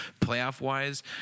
Playoff-wise